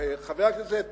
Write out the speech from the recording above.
חבר הכנסת שנלר,